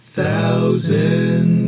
Thousand